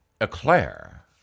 eclair